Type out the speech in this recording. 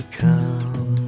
come